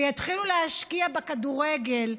ויתחילו להשקיע בכדורגל,